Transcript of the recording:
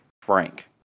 Frank